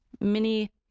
mini